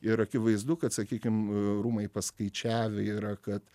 ir akivaizdu kad sakykim rūmai paskaičiavę yra kad